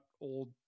old